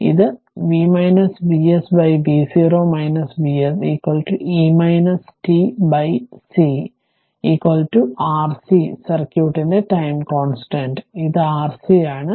അതിനാൽ ഇത് v Vs v0 Vs e t C Rc Rc സർക്യൂട്ടിന്റെ ടൈം കോൺസ്റ്റന്റ് ഇത് Rc ആണ്